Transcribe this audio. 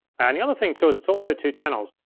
and the other thing too is it's also two channels.